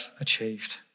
achieved